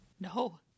No